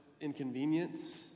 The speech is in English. inconvenience